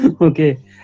okay